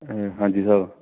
ਹਾਂਜੀ ਸਾਹਿਬ